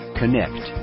connect